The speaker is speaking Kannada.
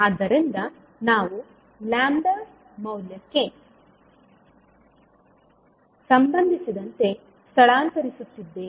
ಆದ್ದರಿಂದ ನಾವು ಲ್ಯಾಂಬ್ಡಾ ಮೌಲ್ಯಕ್ಕೆ ಸಂಬಂಧಿಸಿದಂತೆ ಸ್ಥಳಾಂತರಿಸುತ್ತಿದ್ದೇವೆ